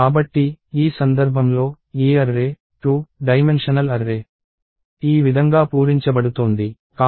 కాబట్టి ఈ సందర్భంలో ఈ array 2 డైమెన్షనల్ అర్రే ఈ విదంగా పూరించబడుతోంది